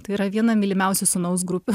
tai yra viena mylimiausių sūnaus grupių